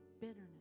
bitterness